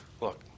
Look